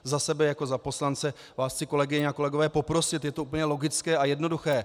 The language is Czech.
Za sebe jako za poslance vás chci, kolegyně a kolegové, poprosit, je to úplně logické a jednoduché.